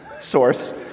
source